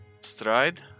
stride